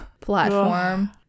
platform